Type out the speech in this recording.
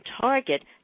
target